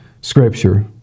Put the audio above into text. Scripture